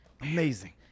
Amazing